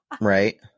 Right